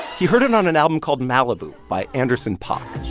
he heard it on an album called malibu by anderson paak